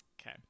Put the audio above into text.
Okay